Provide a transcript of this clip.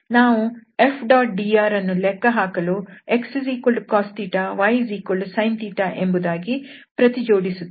ನಾವು F⋅dr ಅನ್ನು ಲೆಕ್ಕ ಹಾಕಲು xcos ysin ಎಂಬುದಾಗಿ ಪ್ರತಿಜೋಡಿಸುತ್ತೇವೆ